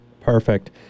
Perfect